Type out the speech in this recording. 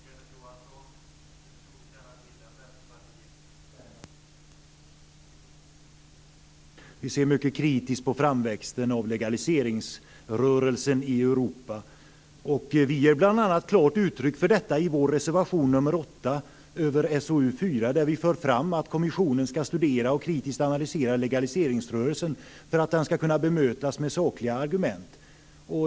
Fru talman! Kenneth Johansson torde känna till att Vänsterpartiet är en stark motståndare till alla former av legalisering av droger. Vi ser mycket kritiskt på framväxten av en legaliseringsrörelse i Europa. Vi ger klart uttryck för detta i vår reservation 8 i SoU4. Vi för fram att kommissionen skall studera och kritiskt analysera legaliseringsrörelsen för att den skall kunna bemötas med sakliga argument.